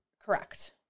Correct